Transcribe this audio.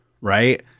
right